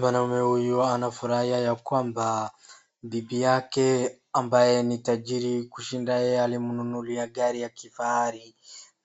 Mwanaume huyu anafurahi yakwamba bibi yake ambaye ni tajiri kushinda yeye alimnunulia gari ya kifahari